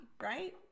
right